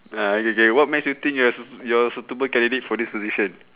ah okay K what makes you think you're sui~ you're suitable candidate for this position